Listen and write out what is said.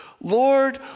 Lord